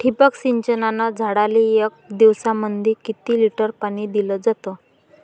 ठिबक सिंचनानं झाडाले एक दिवसामंदी किती लिटर पाणी दिलं जातं?